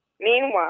Meanwhile